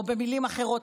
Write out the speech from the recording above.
או במילים אחרות,